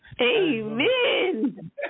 Amen